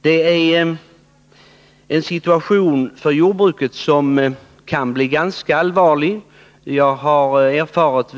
Det är en situation som kan bli ganska allvarlig för jordbruket.